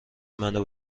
منو